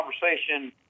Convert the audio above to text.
conversation